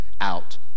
out